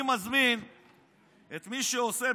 אני מזמין את מי שעושה,